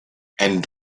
and